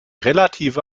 relative